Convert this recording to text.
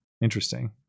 Interesting